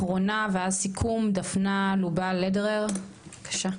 אחרונה ואז סיכום דפנה לובל לדרר בבקשה.